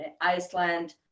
Iceland